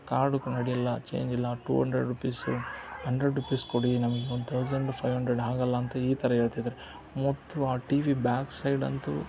card ಕ್ ನಡೆಯಲ್ಲ change ಇಲ್ಲ two hundred rupees hundred rupees ಕೊಡಿ ನಮ್ಗೆ ಒನ್ ತೌಸಂಡ್ ಫೈವ್ ಹಂಡ್ರೆಡ್ ಆಗಲ್ಲ ಅಂತ ಈ ಥರ ಹೇಳ್ತಿದಾರೆ ಮೊದಲು ಆ ಟಿ ವಿ ಬ್ಯಾಕ್ ಸೈಡ್ ಅಂತೂ